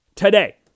Today